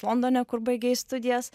londone kur baigei studijas